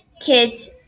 kids